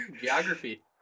Geography